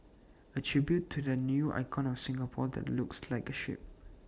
A tribute to the new icon of Singapore that looks like A ship